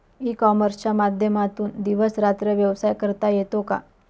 E कॉमर्सच्या माध्यमातून दिवस रात्र व्यवसाय करता येतो का?